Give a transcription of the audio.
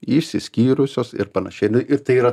išsiskyrusios ir panašiai ir tai yra